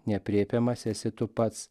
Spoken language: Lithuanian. neaprėpiamas esi tu pats